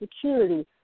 Security